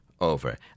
over